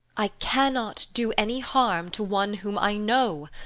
i cannot do any harm to one whom i know!